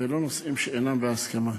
ולא על נושאים שאינם בהסכמה.